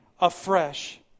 afresh